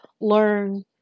learn